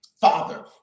Father